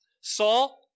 Saul